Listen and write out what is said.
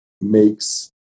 makes